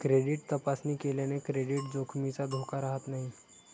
credit तपासणी केल्याने credit जोखमीचा धोका राहत नाही